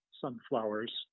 sunflowers